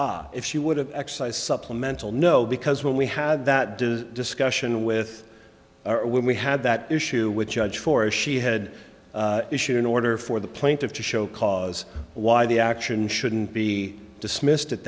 if she would have exercise supplemental no because when we had that does discussion with or when we had that issue with judge for if she had issued an order for the plaintiff to show cause why the action shouldn't be dismissed at